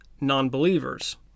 non-believers